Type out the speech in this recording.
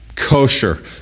kosher